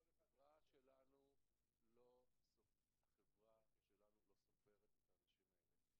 החברה שלנו לא סופרת את האנשים האלה,